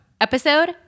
episode